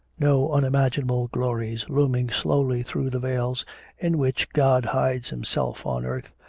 no un imaginable glories looming slowly through the veils in which god hides himself on earth,